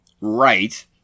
right